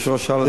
היושב-ראש שאל.